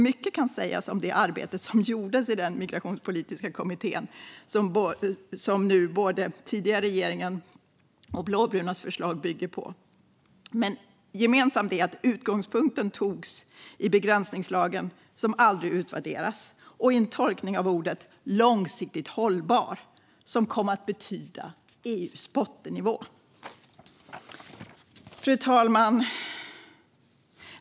Mycket kan sägas om det arbete som gjordes i den migrationspolitiska kommittén och som förslagen från den tidigare regeringen och de blåbruna bygger på, men gemensamt är att utgångspunkten togs i begränsningslagen - som aldrig utvärderats - och i en tolkning av orden "långsiktigt hållbar", vilket kom att betyda "på EU:s bottennivå". Fru talman!